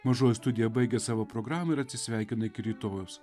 mažoji studija baigia savo programą ir atsisveikina iki rytojaus